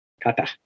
Kata